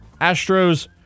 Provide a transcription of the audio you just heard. Astros